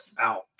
out